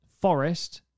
Forest